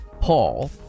Paul